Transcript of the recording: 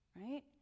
right